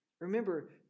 Remember